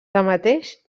tanmateix